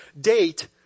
date